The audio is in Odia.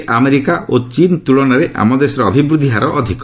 ସେ କହିଛନ୍ତି ଆମେରିକା ଓ ଚୀନ୍ ତୁଳନାରେ ଆମ ଦେଶର ଅଭିବୃଦ୍ଧି ହାର ଅଧିକ